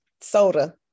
soda